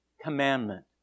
commandment